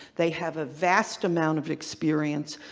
they have a vast amount of experience.